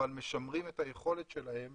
אבל משמרים את היכולת שלהן